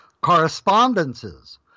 Correspondences